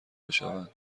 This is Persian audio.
بشوند